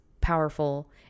powerful